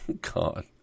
God